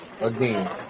again